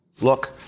Look